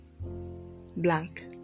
blank